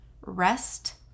rest